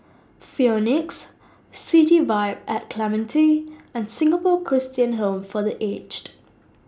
Phoenix City Vibe At Clementi and Singapore Christian Home For The Aged